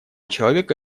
человека